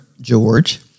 George